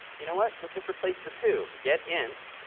you know what? let's just replace the two. get int,